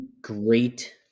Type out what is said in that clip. great